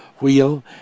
wheel